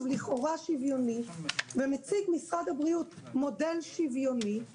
לכאורה שוויוני ומציג משרד הבריאות מודל שוויוני,